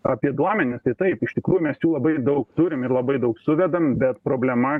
apie duomenis tai taip iš tikrųjų mesti labai daug turime labai daug suvedame bet problema